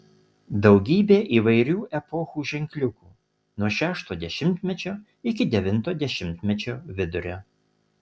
daugybė įvairių epochų ženkliukų nuo šešto dešimtmečio iki devinto dešimtmečio vidurio